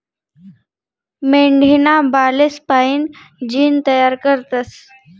मेंढीना बालेस्पाईन जीन तयार करतस